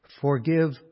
Forgive